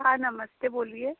हाँ नमस्ते बोलिए